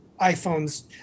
iPhones